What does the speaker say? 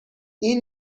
این